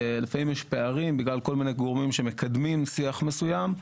לפעמים יש פערים בגלל כל מיני גורמים שמקדמים שיח מסוים.